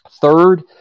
Third